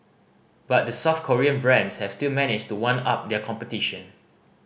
but the South Korean brands have still managed to one up their competition